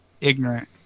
ignorant